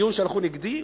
בדיון שהלכו נגדי,